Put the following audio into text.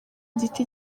giti